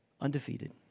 Undefeated